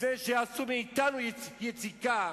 לפני שיעשו מאתנו יציקה,